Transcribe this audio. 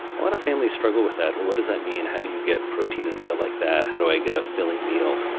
a lot of families struggle with that. what what does that mean? how do you get protein in a meal like that? how do i get a filling meal?